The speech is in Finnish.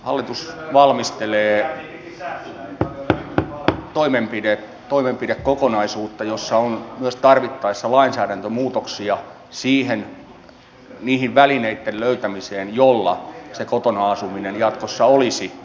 hallitus valmistelee toimenpidekokonaisuutta jossa on myös tarvittaessa lainsäädäntömuutoksia niiden välineitten löytämiseen joilla se kotona asuminen jatkossa olisi nykyistä turvatumpaa